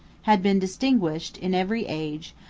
had been distinguished, in every age,